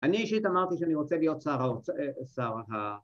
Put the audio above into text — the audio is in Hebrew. ‫אני אישית אמרתי שאני רוצה ‫להיות שר ה...